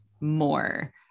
more